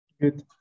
Good